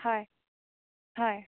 হয় হয়